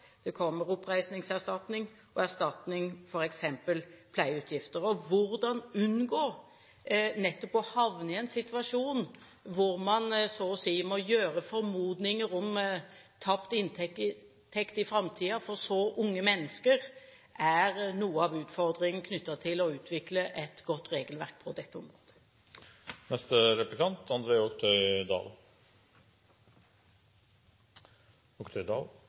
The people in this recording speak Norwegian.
det kommer oppreisningserstatning og erstatning for f.eks. pleieutgifter. Hvordan unngå nettopp å havne i en situasjon hvor man så å si må gjøre formodninger om tapt inntekt i framtiden for så unge mennesker, er noe av utfordringen knyttet til å utvikle et godt regelverk på dette området.